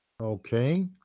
Okay